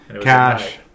Cash